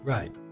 Right